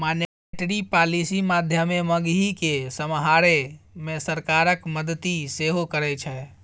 monetary policy माध्यमे महगी केँ समहारै मे सरकारक मदति सेहो करै छै